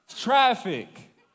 traffic